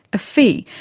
a fee,